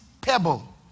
pebble